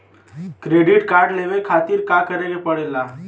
Credit card लेवे खातिर का करे के पड़ेला?